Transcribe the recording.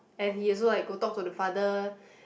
and he also like go talk to the father